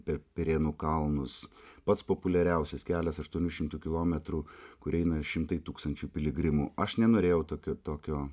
per pirėnų kalnus pats populiariausias kelias aštuonių šimtų kilometrų kur eina šimtai tūkstančių piligrimų aš nenorėjau tokiu tokio